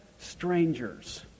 strangers